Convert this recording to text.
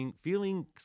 feeling